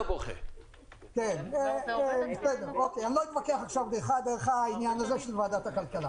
אוקיי, לא אתווכח עכשיו דרך ועדת הכלכלה.